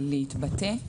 להתבטא.